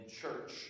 church